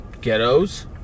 ghettos